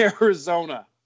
Arizona